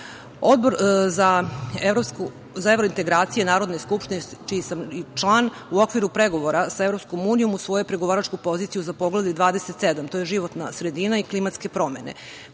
za evro-integracije Narodne skupštine, čiji sam član u okviru pregovora sa Evropskom unijom u svoju pregovaračku poziciju za Poglavlje 27, to je životna sredina i klimatske promene